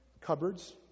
cupboards